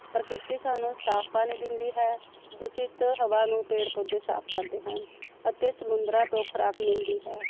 ਪ੍ਰਕਿਰਤੀ ਸਾਨੂੰ ਸਾਫ਼ ਪਾਣੀ ਦਿੰਦੀ ਹੈ ਦੂਸ਼ਿਤ ਹਵਾ ਨੂੰ ਪੇੜ ਪੌਦੇ ਸਾਫ਼ ਕਰਦੇ ਹਨ ਅਤੇ ਸਮੁੰਦਰਾਂ ਤੋਂ ਖੁਰਾਕ ਮਿਲਦੀ ਹੈ